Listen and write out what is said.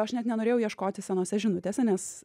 aš net nenorėjau ieškoti senose žinutėse nes